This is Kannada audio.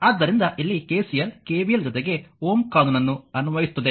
ಆದ್ದರಿಂದ ಇಲ್ಲಿ KCL KVL ಜೊತೆಗೆ Ω ಕಾನೂನನ್ನು ಅನ್ವಯಿಸುತ್ತದೆ